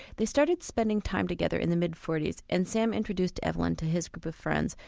they started spending time together in the mid forty s and sam introduced evelyn to his group of friends,